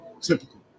typical